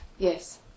Yes